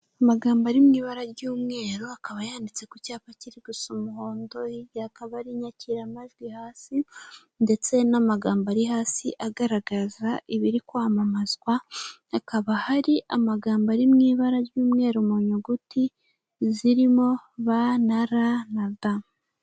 Amagambo ari mu ibara ry'umweru, akaba yanditse ku cyapa kiri gu gusa umuhondo, hakaba hari inyakiramajwi hasi ndetse n'amagambo ari hasi agaragaza ibiri kwamamazwa, hakaba hari amagambo ari mu ibara ry'umweru mu nyuguti zirimo b na r na d.